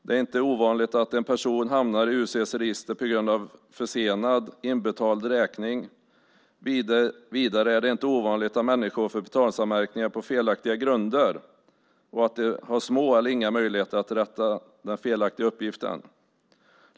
Det är inte ovanligt att en person hamnar i UC:s register på grund av för sent inbetald räkning. Vidare är det inte ovanligt att människor får betalningsanmärkningar på felaktiga grunder och att de har små eller inga möjligheter att rätta den felaktiga uppgiften.